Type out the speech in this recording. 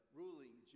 ruling